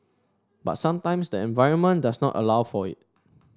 but sometimes the environment does not allow for it